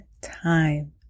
time